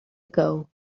ago